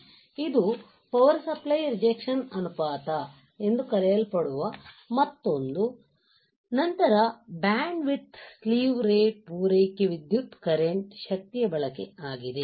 ಇದು power supply rejection ಅನುಪಾತ ಎಂದು ಕರೆಯಲ್ಪಡುವ ಮತ್ತೊಂದು ನಂತರ ಬ್ಯಾಂಡ್ ವಿಡ್ತ್ ಸ್ಲಿವ್ ರೇಟ್ ಪೂರೈಕೆ ವಿದ್ಯುತ್ ಕರೆಂಟ್ ಶಕ್ತಿಯ ಬಳಕೆ ಆಗಿದೆ